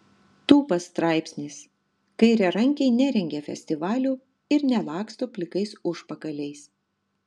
tūpas straipsnis kairiarankiai nerengia festivalių ir nelaksto plikais užpakaliais